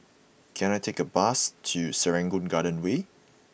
can I take a bus to Serangoon Garden Way